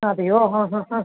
അതെയോ ആ ആ ആ